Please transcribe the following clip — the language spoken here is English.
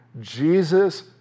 Jesus